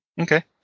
Okay